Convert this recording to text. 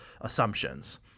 assumptions